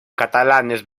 catalanes